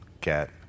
get